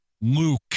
luke